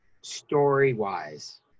story-wise